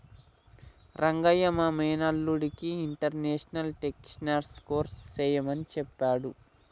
రంగయ్య మా మేనల్లుడికి international taxation course సెయ్యమని సెప్పాడు